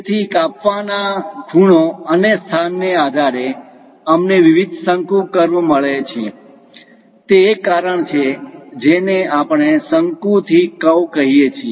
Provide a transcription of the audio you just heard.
તેથી કાપવાના ખૂણો અને સ્થાનના આધારે અમને વિવિધ શંકુ કર્વ મળે છે તે એક કારણ છે જેને આપણે શંકુથી કર્વ કહીએ છીએ